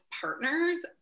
partners